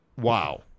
Wow